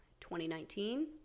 2019